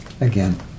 again